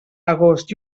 agost